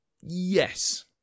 Yes